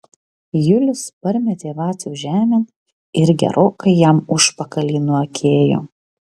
julius parmetė vacių žemėn ir gerokai jam užpakalį nuakėjo